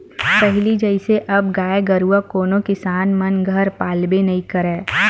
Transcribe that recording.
पहिली जइसे अब गाय गरुवा कोनो किसान मन घर पालबे नइ करय